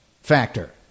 factor